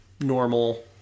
normal